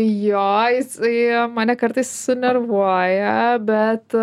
jo jisai mane kartais su nervuoja bet